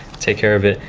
take care of it.